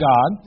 God